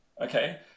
Okay